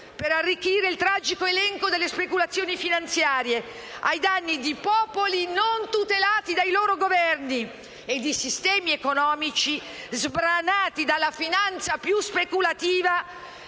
per arricchire il tragico elenco delle speculazioni finanziarie, ai danni di popoli non tutelati dai loro Governi e di sistemi economici sbranati dalla finanza più speculativa,